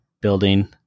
building